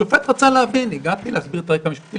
שופט רצה להבין אז הגעתי להסביר את התהליך המשפטי,